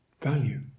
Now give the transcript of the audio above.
value